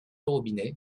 robinet